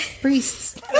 priests